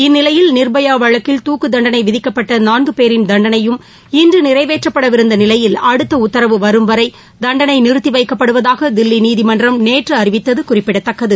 இந்நிலையில் நிர்பயா வழக்கில் துக்குத் தண்டனை விதிக்கப்பட்ட நான்கு பேரின் தண்டனையும் இன்று நிறைவேற்றப்படவிருந்த நிலையில் அடுத்த உத்தரவு வரும் வரை தண்டளை நிறத்தி வைக்கப்படுவதாக தில்லி நீதிமன்றம் நேற்று அறிவித்தது குறிப்பிடத்தக்கது